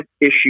issue